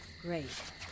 great